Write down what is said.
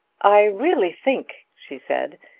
i really think, she said,